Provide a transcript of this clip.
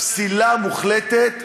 פסילה מוחלטת.